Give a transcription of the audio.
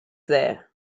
there